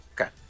Okay